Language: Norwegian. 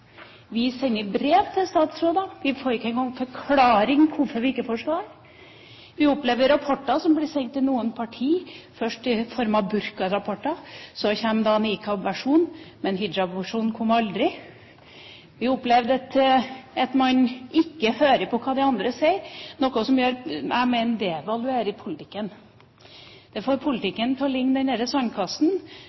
Vi sender brev til statsråder. Vi får ikke engang en forklaring på hvorfor vi ikke får svar. Vi opplever rapporter som blir sendt til noen partier, først i form av burkarapporter, så kommer niqabversjonen, men hijabversjonen kom aldri. Vi opplevde at man ikke hører på hva de andre sier, noe som jeg mener devaluerer politikken. Det får politikken til å ligne